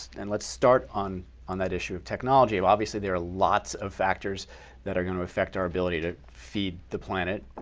and let's start on on that issue of technology. obviously, there are lots of factors that are going to affect our ability to feed the planet,